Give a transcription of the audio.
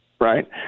Right